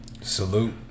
salute